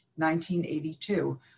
1982